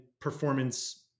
performance